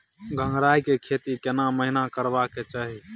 गंगराय के खेती केना महिना करबा के चाही?